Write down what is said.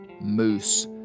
Moose